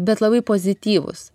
bet labai pozityvus